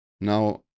now